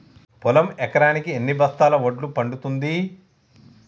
పొలం ఎకరాకి ఎన్ని బస్తాల వడ్లు పండుతుంది?